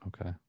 Okay